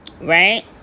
Right